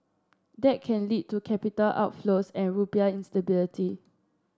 that can lead to capital outflows and rupiah instability